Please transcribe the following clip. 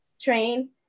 train